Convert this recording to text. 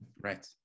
Right